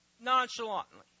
nonchalantly